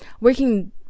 working